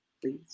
please